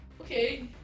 Okay